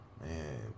man